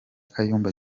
kayumba